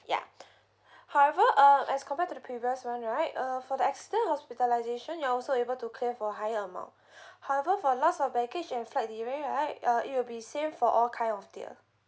ya however uh as compared to the previous [one] right uh for the extent hospitalization you're also able to claim for higher amount however for loss of baggage and flight delay right uh it will be same for all kind of tier